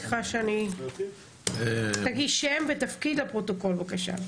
שם ותפקיד לפרוטוקול בבקשה.